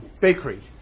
Bakery